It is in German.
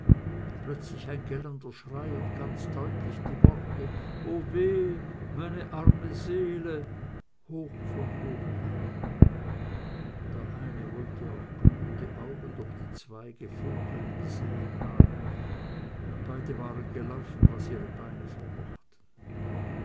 plötzlich ein gellender schrei und ganz deutlich die worte o weh meine arme seele hoch von oben herab der eine wollte auch glühende augen durch die zweige funkeln gesehen haben und beide waren gelaufen was ihre beine vermochten